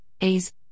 A's